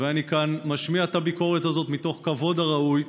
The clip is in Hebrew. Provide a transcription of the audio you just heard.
ואני כאן משמיע את הביקורת הזאת מתוך הכבוד הראוי,